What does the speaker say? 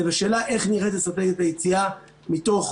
זה בשאלה איך נראית אסטרטגיית היציאה מתוך